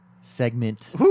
segment